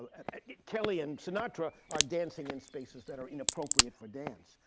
ah kelly and sinatra are dancing in spaces that are inappropriate for dance.